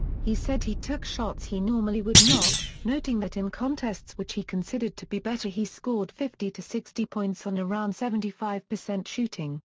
he said he took shots he normally would not, noting that in contests which he considered to be better he scored fifty to sixty points on around seventy five percent shooting,